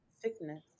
sickness